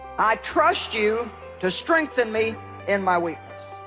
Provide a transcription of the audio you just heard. i trust you to strengthen me in my weakness